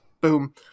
boom